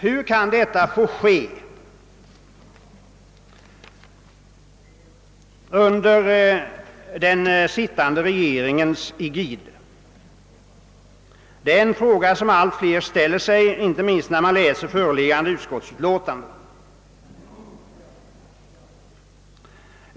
Hur kan detta få ske under den sittande regeringens egid? Det är en fråga som allt fler ställer sig inte minst sedan man läst föreliggande utskottsbetänkande.